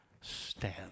stand